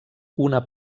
una